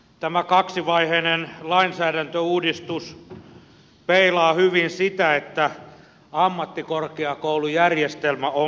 tämä kaksivaiheinen lainsäädäntöuudistus peilaa hyvin sitä että ammattikorkeakoulujärjestelmä on päässyt lastentaudeistaan